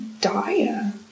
dire